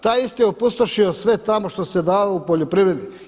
Taj isti je opustošio sve tamo što se dalo u poljoprivredi.